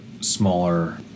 smaller